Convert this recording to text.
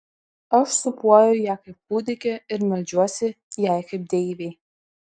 aš sūpuoju ją kaip kūdikį ir meldžiuosi jai kaip deivei